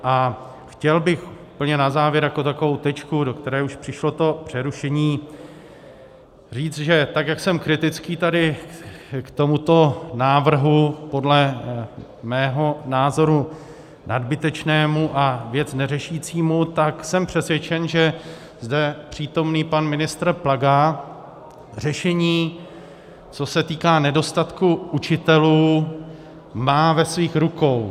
A chtěl bych úplně na závěr jako takovou tečku, do které už přišlo to přerušení, říct, že tak jak jsem kritický tady k tomuto návrhu, podle mého názoru nadbytečnému a věc neřešícímu, tak jsem přesvědčen, že zde přítomný pan ministr Plaga řešení, co se týká nedostatku učitelů, má ve svých rukou.